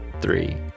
three